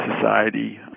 society